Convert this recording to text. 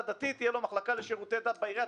דתית תהיה לו מחלקה לשירותי דת בעירייה.